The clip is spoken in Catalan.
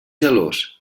gelós